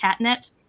CatNet